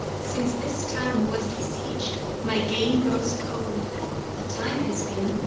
since this town was besieg'd, my gain grows cold the time has been,